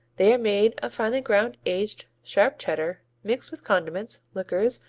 they are made of finely ground aged, sharp cheddar mixed with condiments, liquors,